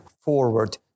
forward